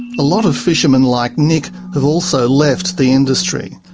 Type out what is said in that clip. a lot of fishermen like nick have also left the industry.